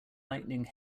lightning